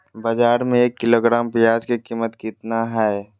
बाजार में एक किलोग्राम प्याज के कीमत कितना हाय?